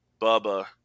Bubba